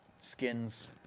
skins